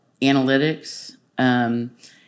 analytics